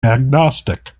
agnostic